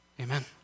Amen